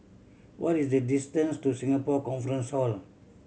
what is the distance to Singapore Conference Hall